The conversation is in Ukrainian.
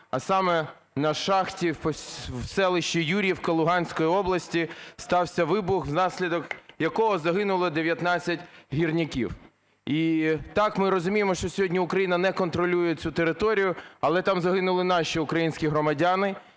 а саме: на шахті в селищі Юр'ївка Луганської області стався вибух, внаслідок якого загинуло 19 гірників. І так ми розуміємо, що сьогодні Україна не контролює цю територію, але там загинули наші українські громадяни.